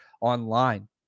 online